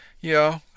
Yeah